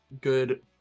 good